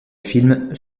film